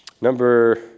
Number